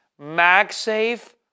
MagSafe